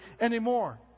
anymore